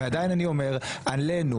תדבר, בבקשה, אבל אל תשאל: על מה אני